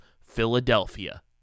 Philadelphia